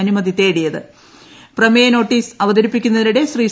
അനുമതി പ്രമേയ നോട്ടീസ് അവതരിപ്പിക്കുന്നതിനിടെ ശ്രീ